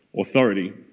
authority